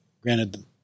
granted